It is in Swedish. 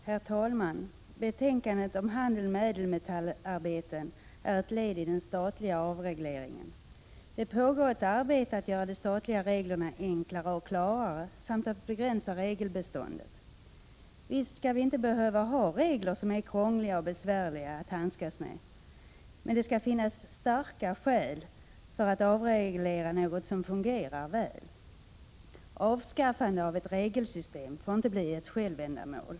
Herr talman! Betänkandet om handeln med ädelmetallarbeten är ett led i den statliga avregleringen. Det pågår ett arbete för att göra de statliga reglerna enklare och klarare. Man vill också begränsa regelbeståndet. Det är inte nödvändigt att ha regler som är krångliga och besvärliga att handskas med, men det skall finnas starka skäl för att avreglera något som fungerar väl. Avskaffandet av ett regelsystem får inte bli ett självändamål.